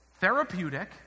therapeutic